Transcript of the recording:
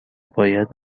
باید